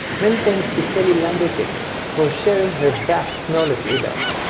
many thanks to kelly landerkin for sharing her vast knowledge with us.